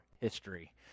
History